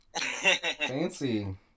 Fancy